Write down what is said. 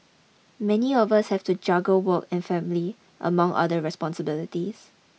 many of us have to juggle work and family among other responsibilities